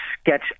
sketch